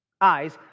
Eyes